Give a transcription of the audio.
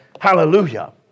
Hallelujah